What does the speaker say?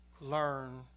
learn